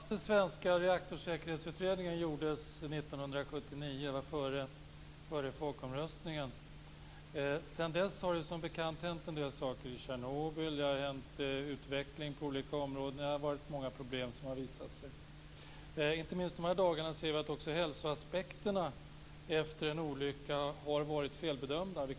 Fru talman! Den senaste svenska reaktorsäkerhetsutredningen gjordes 1979 - före folkomröstningen. Sedan dess har det, som bekant, hänt en del saker, t.ex. i Tjernobyl, det har skett en utveckling på olika områden och det är många problem som har visat sig. Inte minst dessa dagar kan vi se att också hälsoriskerna vid en olycka har felbedömts.